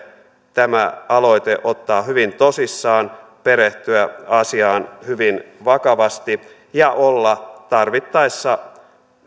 tämä aloite ottaa hyvin tosissaan perehtyä asiaan hyvin vakavasti ja olla tarvittaessa